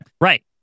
Right